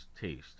taste